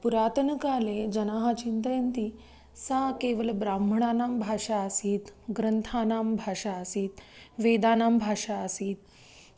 पुरातनकाले जनाः चिन्तयन्ति सा केवलब्राह्मणानां भाषा आसीत् ग्रन्थानां भाषा आसीत् वेदानां भाषा आसीत्